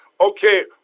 okay